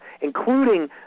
including